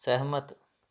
ਸਹਿਮਤ